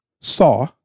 saw